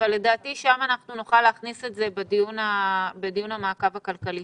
אבל לדעתי נוכל להכניס את זה בדיון המעקב הכלכלי